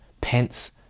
Pence